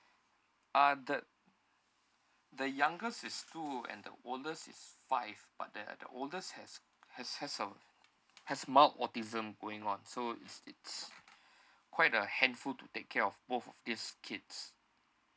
uh the the youngest is two and the oldest is five but then the oldest has has has a has mild autism going on so it's it's quite a handful to take care of both of these kids